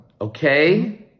Okay